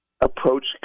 approach